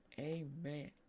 Amen